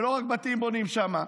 לא רק בתים בונים שם,